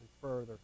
further